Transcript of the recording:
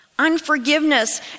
Unforgiveness